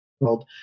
world